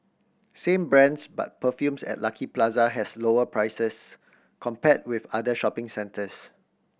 same brands but perfumes at Lucky Plaza has lower prices compared with other shopping centres